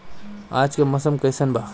आज के मौसम कइसन बा?